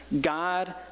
God